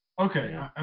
Okay